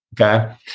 okay